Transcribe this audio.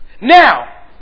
Now